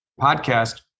podcast